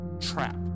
trap